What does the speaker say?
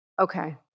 Okay